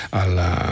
alla